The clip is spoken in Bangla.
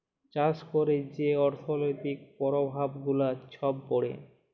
চাষ ক্যইরে যে অথ্থলৈতিক পরভাব গুলা ছব পড়ে